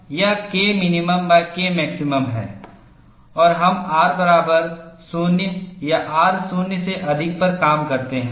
और हम R बराबर 0 या R 0 से अधिक पर काम करते हैं